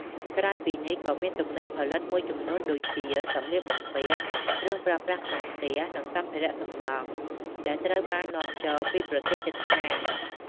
ក្រៅពីនេះក៏មាន ទំនិញផលិតមួយចំនួន ដូចជា សម្លៀកបំពាក់ គ្រឿងប្រើប្រាស់ក្នុងផ្ទះ និងសម្ភារៈសំណង់ ដែលត្រូវបាននាំចូលពីប្រទេសជិតខាង។